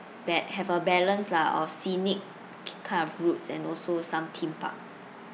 ba~ have a balance lah of scenic k~ kind of routes and also some theme parks